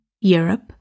Europe